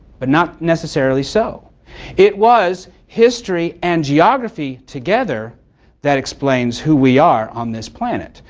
but not necessarily so it was history and geography together that explains who we are on this planet.